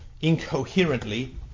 incoherently